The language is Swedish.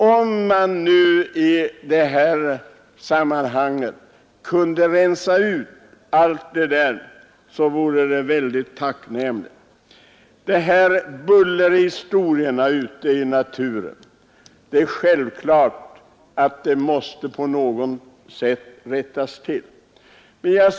Om vi i detta sammanhang kunde rensa bort allt detta vore det mycket tacknämligt. Bullret i naturen måste vi naturligtvis på något sätt komma till rätta med.